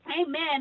amen